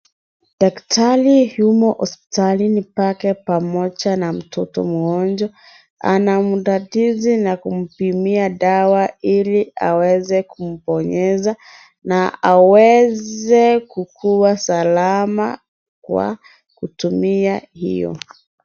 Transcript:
Daktari yumo hospitalini pake pamoja na mtoto mgonjwa. Anamdadizi na kumpimia dawa ili aweze kumponyeza na aweze kukuwa salama kwa kutumia hiyo.